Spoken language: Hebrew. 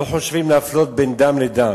לא חושבים להפלות בין דם לדם.